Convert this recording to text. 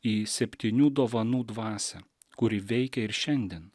į septynių dovanų dvasią kuri veikia ir šiandien